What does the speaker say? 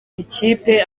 ikipe